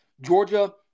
Georgia